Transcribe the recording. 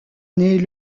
naît